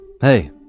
Hey